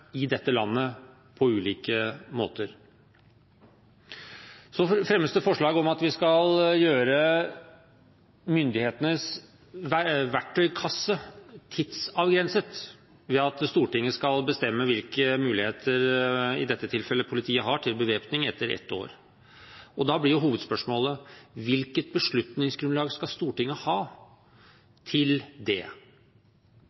i dette landet på ulike måter. Så fremmes det forslag om at vi skal gjøre myndighetenes verktøykasse tidsavgrenset ved at Stortinget skal bestemme hvilke muligheter politiet i dette tilfellet har til bevæpning etter ett år. Da blir hovedspørsmålet: Hvilket beslutningsgrunnlag skal Stortinget ha til det?